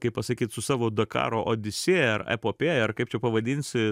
kaip pasakyt su savo dakaro odisėja ar epopėja ar kaip čia pavadinsi